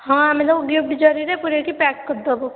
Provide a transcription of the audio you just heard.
ହଁ ଆମେ ସବୁ ଗିଫ୍ଟ ଜରିରେ ପୂରେଇକି ପ୍ୟାକ୍ କରିଦେବୁ